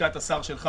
מלשכת השר שלך